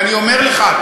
ואני אומר לך,